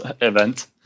event